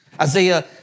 Isaiah